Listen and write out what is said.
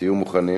תהיו מוכנים,